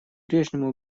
прежнему